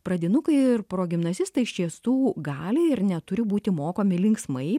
pradinukai ir progimnazistai iš tiestų gali ir neturi būti mokomi linksmai